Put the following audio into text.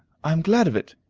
i am glad of it.